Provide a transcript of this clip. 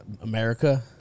America